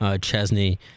Chesney